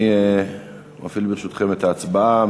אני מפעיל, ברשותכם, את ההצבעה.